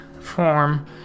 form